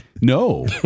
No